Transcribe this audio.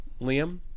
Liam